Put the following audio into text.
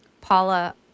Paula